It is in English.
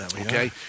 Okay